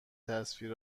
تصویر